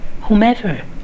whomever